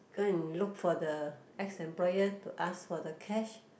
go and look for the ex employer to ask for the cash